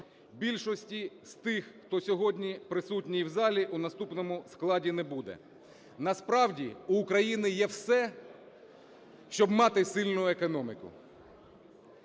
Більшості з тих, хто присутній сьогодні в залі, в наступному складі не буде. Насправді в України є все, щоб мати сильну економіку,